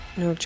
no